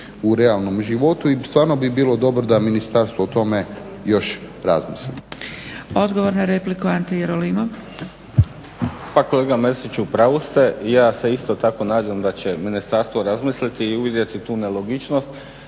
u realnom životu i stvarno bi bilo dobro da ministarstvo o tome još razmisli.